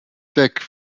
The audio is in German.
weg